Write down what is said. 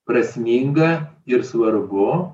prasminga ir svarbu